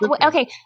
okay